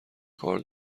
کار